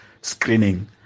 screening